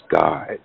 God